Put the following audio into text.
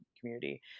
community